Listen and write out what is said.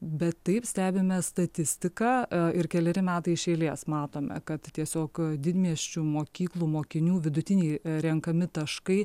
bet taip stebime statistiką a ir keleri metai iš eilės matome kad tiesiog didmiesčių mokyklų mokinių vidutiniai renkami taškai